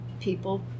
people